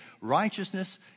righteousness